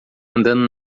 andando